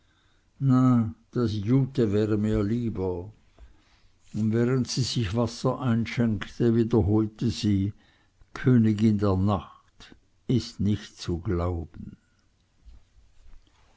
na das jute wäre mir lieber und während sie sich wasser einschenkte wiederholte sie königin der nacht is nich zu glauben